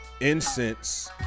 incense